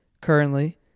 currently